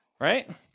right